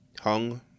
hung